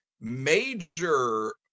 major